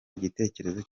igitekerezo